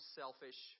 selfish